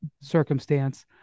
circumstance